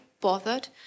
bothered